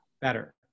better